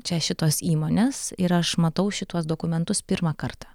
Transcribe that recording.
čia šitos įmonės ir aš matau šituos dokumentus pirmą kartą